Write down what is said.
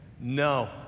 no